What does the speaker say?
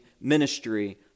ministry